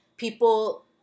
People